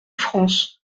france